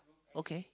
okay